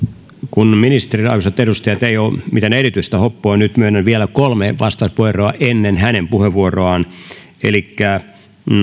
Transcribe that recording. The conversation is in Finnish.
kun ministerillä arvoisat edustajat ei ole mitään erityistä hoppua nyt myönnän vielä kolme vastauspuheenvuoroa ennen hänen puheenvuoroaan elikkä